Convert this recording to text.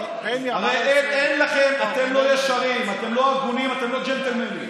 אתם לא ישרים, אתם לא הגונים, אתם לא ג'נטלמנים.